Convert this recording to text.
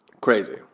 Crazy